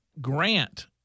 grant